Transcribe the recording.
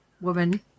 woman